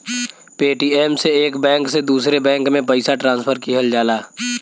Paytm से एक bank से दूसरे बैंक में पइसा ट्रांसफर किहल जाला